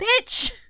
Bitch